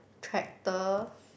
tractor